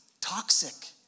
toxic